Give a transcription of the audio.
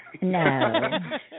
No